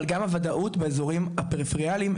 אבל גם הוודאות באזורים הפריפריאליים,